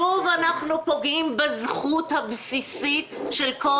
שוב אנחנו פוגעים בזכות הבסיסית של כל